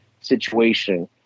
situation